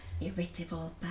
Irritable